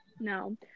No